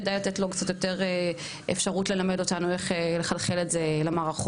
כדאי לתת לו קצת יותר אפשרות ללמד אותנו איך לחלחל את זה למערכות.